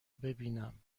ببینم